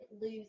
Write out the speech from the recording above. lose